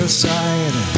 side